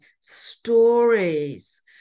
stories